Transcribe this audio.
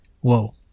Whoa